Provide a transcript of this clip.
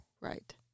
Right